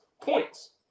points